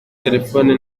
telephone